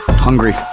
hungry